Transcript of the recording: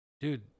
Dude